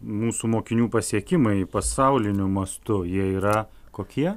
mūsų mokinių pasiekimai pasauliniu mastu jie yra kokie